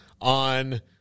on